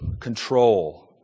control